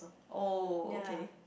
oh okay